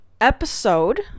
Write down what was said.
episode